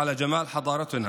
עליו התפילה והשלום,